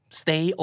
stay